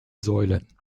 säulen